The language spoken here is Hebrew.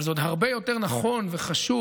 אבל זה עוד הרבה יותר נכון וחשוב